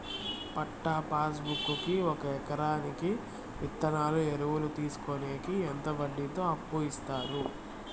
పట్టా passbook కి ఒక ఎకరాకి విత్తనాలు, ఎరువులు తీసుకొనేకి ఎంత వడ్డీతో అప్పు ఇస్తారు?